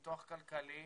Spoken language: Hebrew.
פיתוח כלכלי,